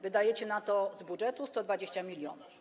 Wydajecie na to z budżetu 120 mln.